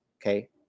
okay